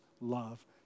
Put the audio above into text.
love